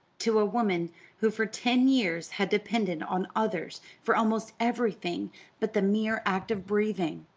to a woman who for ten years had depended on others for almost everything but the mere act of breathing,